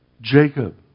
Jacob